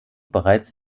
bereits